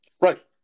Right